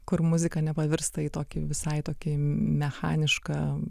kur muzika nepavirsta į tokį visai tokį mechanišką